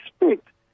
expect